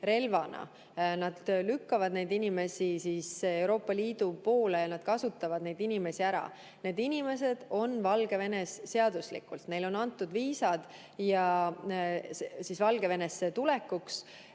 Nad lükkavad neid inimesi Euroopa Liidu poole ja nad kasutavad neid inimesi ära. Need inimesed on Valgevenes seaduslikult, neile on antud viisad Valgevenesse tulekuks